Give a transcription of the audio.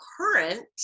current